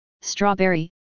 strawberry